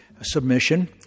submission